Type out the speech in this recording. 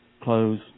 close